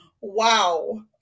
Wow